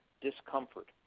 discomfort